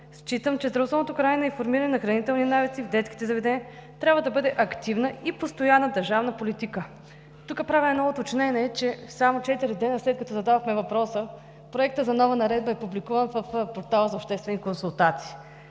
считам, че здравословното хранене и формиране на хранителни навици в детските заведения трябва да бъде активна и постоянна държавна политика. Тук правя едно уточнение, че само четири дни след като зададохме въпроса, проектът за нова наредба е публикуван в Портала за обществени консултации.